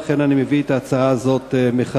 לכן אני מביא את ההצעה הזאת מחדש.